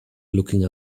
looking